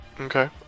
Okay